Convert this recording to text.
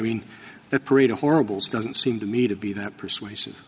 mean the parade of horribles doesn't seem to me to be that persuasive